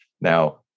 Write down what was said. Now